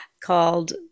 called